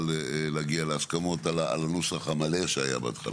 להגיע להסכמות על הנוסח המלא שהיה בהתחלה.